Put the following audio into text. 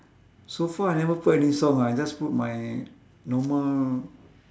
so far I never put any song ah I just put my normal